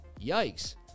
Yikes